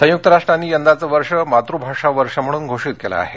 संयुक्तराष्ट्रांनी यंदाचं वर्ष मातृभाषा वर्ष म्हणून घोषित केलं आहे